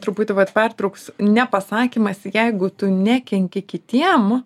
truputį vat pertrauksiu nepasakymas jeigu tu nekenki kitiem